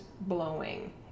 blowing